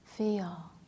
feel